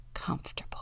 comfortable